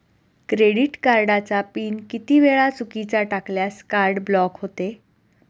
Credit कार्डचा PIN किती वेळा चुकीचा टाकल्यास कार्ड ब्लॉक होते?